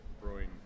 brewing